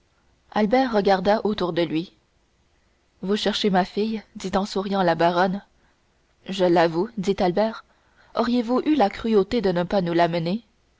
albert regarda autour de lui vous cherchez ma fille dit en souriant la baronne je l'avoue dit albert auriez-vous eu la cruauté de ne pas nous l'amener